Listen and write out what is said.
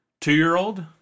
two-year-old